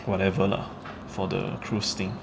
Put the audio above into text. whatever lah for the cruise thing